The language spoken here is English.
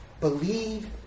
Believe